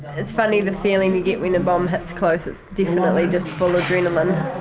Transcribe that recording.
it's funny the feeling you get when a bomb hits close. it's definitely just full adrenaline.